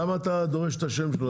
למה אתה דורש את השם שלו?